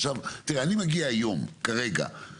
עכשיו אני מגיע היום כרגע,